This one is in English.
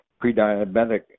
pre-diabetic